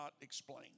explain